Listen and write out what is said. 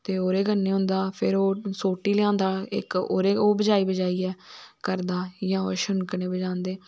ते ओहदे कन्नै होंदा फिर ओह् सोटी लेई आंदा इक ओह् बजाई बजाई करदा जां ओह् छनकने बंजादे